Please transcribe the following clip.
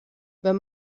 wenn